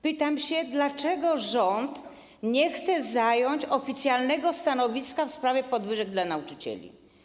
Pytam: Dlaczego rząd nie chce zająć oficjalnego stanowiska w sprawie podwyżek dla nauczycieli?